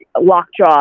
Lockjaw